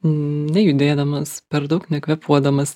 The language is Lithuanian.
nejudėdamas per daug nekvėpuodamas